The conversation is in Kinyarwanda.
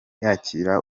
yakira